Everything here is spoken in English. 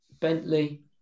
Bentley